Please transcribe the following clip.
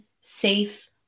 safe